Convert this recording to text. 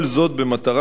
כל זאת במטרה,